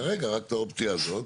כרגע, רק את האופציה הזאת.